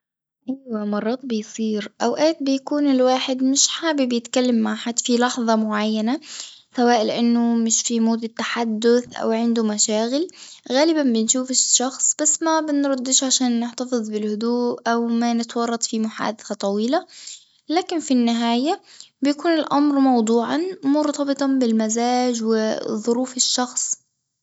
أيوه مرات بيصير أوقات بيكون الواحد مش حابب يتكلم مع حد في لحظة معينة سواء لإنه مش في مود التحدث أوعنده مشاغل غالبًا بنشوف الشخص ما بنردوش عشان نحتفظ بالهدوء او ما نتورط في محادثة طويلة، لكن في النهاية بيكون الأمر موضوعًا مرتبطًا بالمزاج وظروف الشخص.